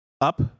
up